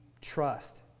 trust